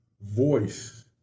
voice